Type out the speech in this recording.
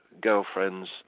girlfriends